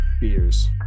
beers